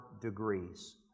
degrees